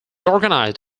organized